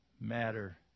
matter